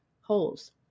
holes